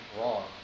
wrong